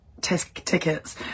tickets